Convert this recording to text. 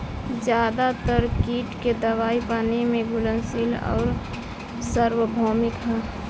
ज्यादातर कीट के दवाई पानी में घुलनशील आउर सार्वभौमिक ह?